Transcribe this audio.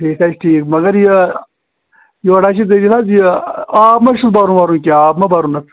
ٹھیٖک حظ چھُ ٹھیٖک مگر یہِ یورٕ حظ چھِ دٔلیٖل حظ یہِ آب ما چھُ بَرُن وَرُن کیٚنٛہہ آب ما بَرُن اَتھ